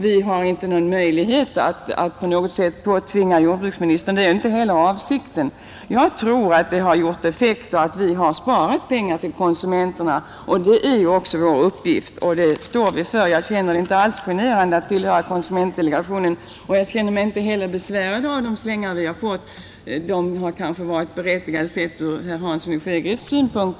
Vi har inte möjlighet att på något sätt påtvinga jordbruksministern vår uppfattning, och det är inte heller avsikten. Jag tror att vårt ställningstagande har gjort effekt och att vi har sparat pengar åt konsumenterna, och det är också vår uppgift. Jag känner mig inte alls generad över att tillhöra konsumentdelegationen, och jag känner mig inte heller besvärad av de slängar vi har fått; de har kanske varit berättigade, sett ur herr Hanssons i Skegrie synpunkt.